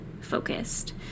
focused